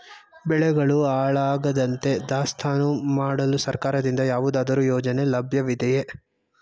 ಬೆಳೆಗಳು ಹಾಳಾಗದಂತೆ ದಾಸ್ತಾನು ಮಾಡಲು ಸರ್ಕಾರದಿಂದ ಯಾವುದಾದರು ಯೋಜನೆ ಲಭ್ಯವಿದೆಯೇ?